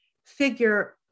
figure